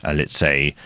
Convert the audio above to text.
ah let's say,